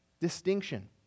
distinction